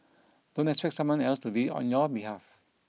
don't expect someone else to do it on your behalf